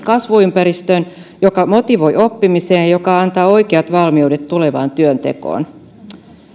kasvuympäristön joka motivoi oppimiseen ja joka antaa oikeat valmiudet tulevaan työntekoon